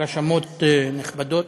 רשמות נכבדות,